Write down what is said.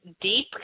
deep